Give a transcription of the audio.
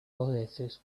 oasis